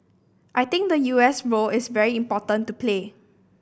I think the U S role is very important to play